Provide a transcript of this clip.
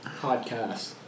podcast